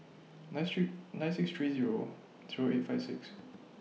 nine Street nine six three Zero through eight five six